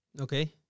Okay